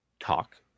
Talk